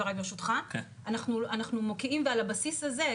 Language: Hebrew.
אנחנו מוקיעים, ועל הבסיס הזה,